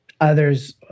others